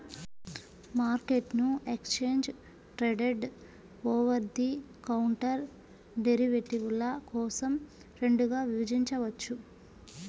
మార్కెట్ను exchange traded, over the counter డెరివేటివ్ల కోసం రెండుగా విభజించవచ్చు